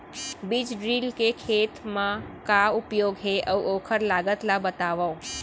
बीज ड्रिल के खेत मा का उपयोग हे, अऊ ओखर लागत ला बतावव?